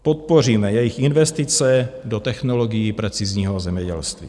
Podpoříme jejich investice do technologií precizního zemědělství.